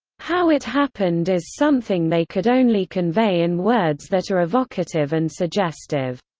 how it happened is something they could only convey in words that are evocative and suggestive.